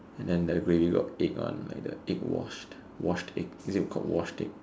and then the gravy got egg one like the egg washed washed egg is it called washed egg